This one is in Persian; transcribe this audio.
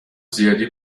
زیادی